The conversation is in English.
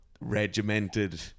regimented